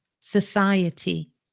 society